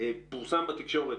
פורסם בתקשורת,